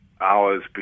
hours